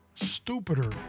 stupider